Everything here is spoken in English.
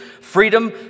freedom